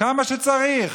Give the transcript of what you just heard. כמה שצריך,